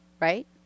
right